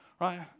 right